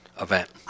event